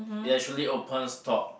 ya actually opens top